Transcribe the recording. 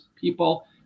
people